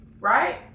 right